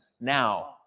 now